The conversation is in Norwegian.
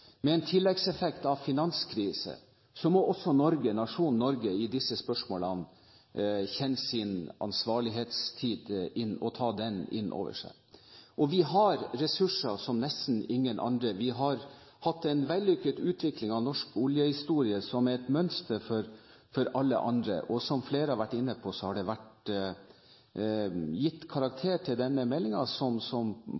med en tilleggseffekt av finanskrise, må også nasjonen Norge i disse spørsmålene kjenne sin ansvarlighetstid og ta den inn over seg. Vi har ressurser som nesten ingen andre. Vi har hatt en vellykket utvikling av norsk oljehistorie, som er et mønster for alle andre. Og som flere har vært inne på, har det blitt gitt